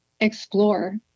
explore